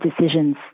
decisions